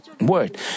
Word